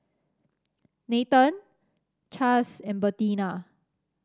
Nathanael Chaz and Bertina